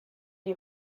die